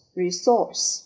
resource